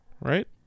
right